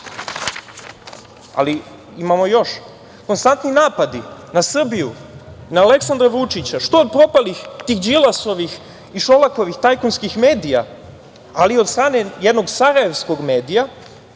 ali imamo još. Konstantni napadi na Srbiju, na Aleksandra Vučića što od propalih Đilasovih i Šolakovih tajkunskih medija, ali i od strane jednog sarajevskog medija,